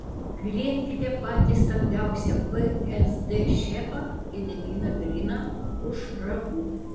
griebkite patį stambiausią vsd šefą gediminą griną už ragų